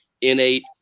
innate